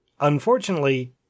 unfortunately